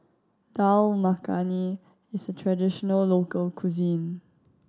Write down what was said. Dal Makhani is a traditional local cuisine